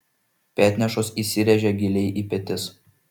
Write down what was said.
petnešos įsiręžia giliai į petis